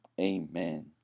Amen